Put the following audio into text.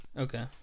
okay